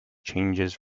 changes